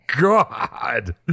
God